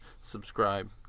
Subscribe